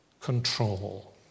control